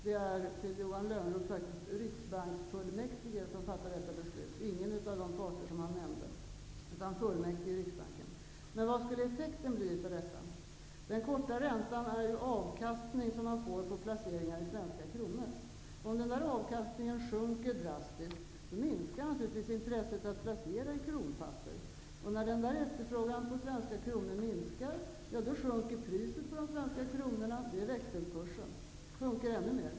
Det är, Johan Lönnroth, Riksbanksfullmäktige som fattar sådana beslut och inte någon av de parter som Johan Vad skulle effekten bli av detta? Den korta räntan är ju den avkastning som man får på placeringar i svenska kronor. Om avkastningen sjunker drastiskt minskar naturligtvis intresset att placera i kronpapper. När efterfrågan på svenska kronor minskar, så sjunker priset på de svenska kronorna och då sjunker växelkursen ännu mer.